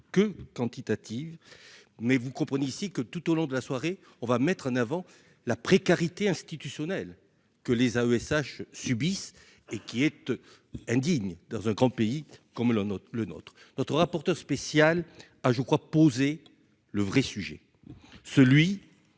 que quantitative, mais vous comprenez, ici, que tout au long de la soirée, on va mettre en avant la précarité institutionnelle que les AESH subissent et qui êtes indignes dans un grand pays comme le notre, le notre, notre rapporteur spécial ah je crois poser le vrai sujet, celui